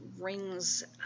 rings